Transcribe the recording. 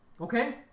Okay